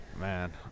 man